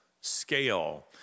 scale